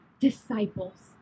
disciples